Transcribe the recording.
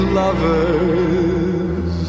lovers